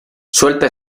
suelta